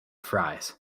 fries